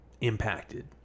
impacted